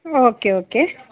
okay okay